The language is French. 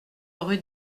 rue